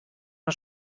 mal